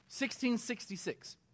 1666